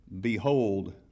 behold